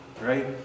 right